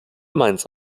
mainz